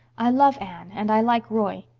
i love anne and i like roy.